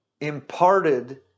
imparted